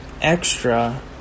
extra